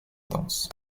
danse